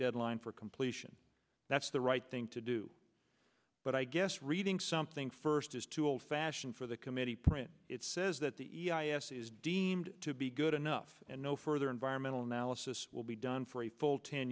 deadline for completion that's the right thing to do but i guess reading something first is too old fashioned for the committee print it says that the e i a s is deemed to be good enough and no further environmental now assists will be done for a full ten